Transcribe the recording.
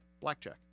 Blackjack